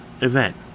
event